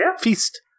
Feast